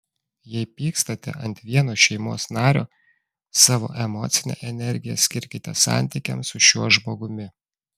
jei pykstate ant vieno šeimos nario savo emocinę energiją skirkite santykiams su šiuo žmogumi